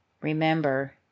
remember